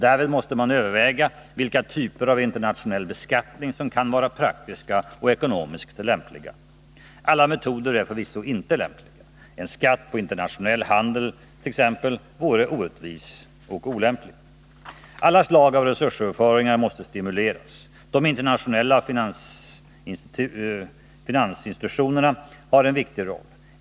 Därvid måste man överväga vilka typer av internationell beskattning som kan vara praktiska och ekonomiskt lämpliga. Alla metoder är förvisso inte lämpliga. En skatt på internationell handel t.ex. vore orättvis och olämplig. 2. Alla slag av resursöverföringar måste stimuleras. De internationella finansinstitutionerna har en viktig roll.